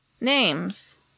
names